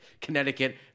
Connecticut